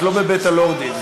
את לא בבית-הלורדים, תמשיכי.